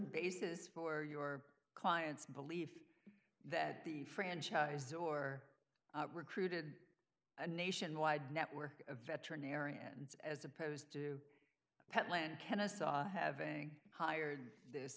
basis for your client's belief that the franchise or recruited a nationwide network of veterinarians as opposed to planned kennesaw having hired this